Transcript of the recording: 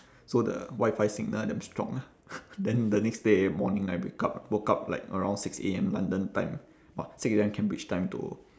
so the wifi signal damn strong lah then the next day morning I wake up woke up like around six A_M london time !wah! six A_M cambridge time to